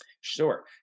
sure